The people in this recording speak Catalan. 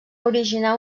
originar